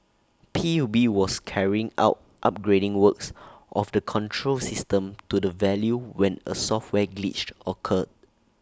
P U B was carrying out upgrading works of the control system to the valve when A software glitch occurred